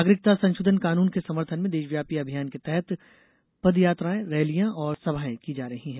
नागरिकता संशोधन कानून के समर्थन में देशव्यापी अभियान के तहत पद यात्राएं रैलियां और सभाएं की जा रही है